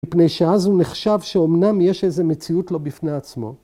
‫מפני שאז הוא נחשב שאומנם ‫יש איזו מציאות לו בפני עצמו.